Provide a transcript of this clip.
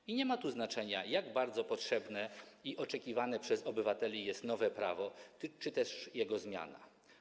I nie ma tu znaczenia, jak bardzo potrzebne i oczekiwane przez obywateli jest nowe prawo czy też jego zmiana.